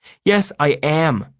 yes i am!